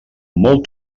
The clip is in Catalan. molt